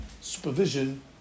supervision